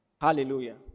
Hallelujah